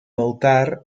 altar